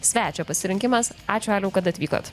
svečio pasirinkimas ačiū aliau kad atvykot